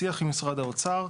בשיח עם משרד האוצר,